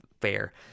fair